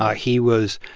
ah he was,